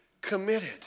committed